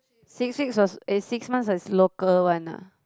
six six was eh six month as local one ah